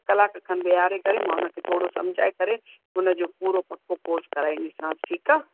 ॿ कलाक खनि विहारे करे मां हुनखे थोरो समुझाए करे हुनजो पूरो पको कोर्स कराईंदीसांसि ठीकु आहे